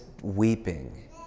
weeping